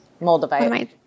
moldavite